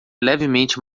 levemente